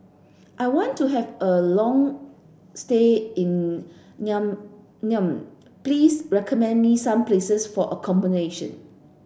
I want to have a long stay in Niamey please recommend me some places for accommodation